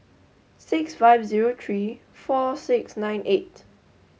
six five zero three four six nine eight